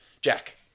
Jack